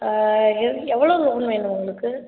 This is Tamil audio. எவ் எவ்வளோ லோன் வேணும் உங்களுக்கு